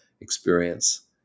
experience